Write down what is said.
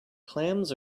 clams